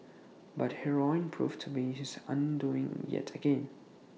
but heroin proved to be his undoing yet again